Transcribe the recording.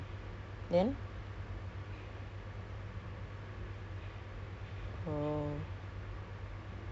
and then they say that oh uh you don't have a teaching cert from N_I_E no I don't why do I need a teaching cert to be a tutor though